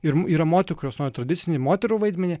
ir yra moterų kurios nori tradicinį moterų vaidmenį